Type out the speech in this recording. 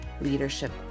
leadership